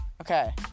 Okay